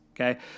okay